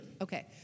Okay